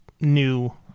new